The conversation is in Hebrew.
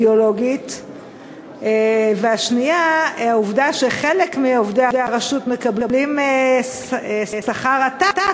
2. העובדה שחלק מעובדי הרשות מקבלים שכר עתק,